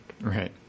Right